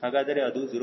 ಹಾಗಾದರೆ ಅದು 0